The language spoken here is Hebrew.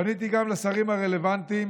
פניתי גם לשרים הרלוונטיים,